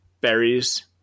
berries